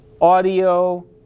audio